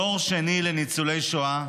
דור שני לניצולי שואה,